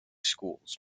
schools